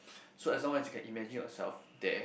so as long as you can imagine yourself there